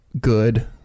good